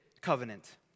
Covenant